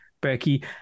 Becky